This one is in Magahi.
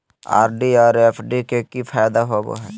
आर.डी और एफ.डी के की फायदा होबो हइ?